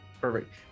Perfect